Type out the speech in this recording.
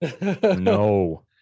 No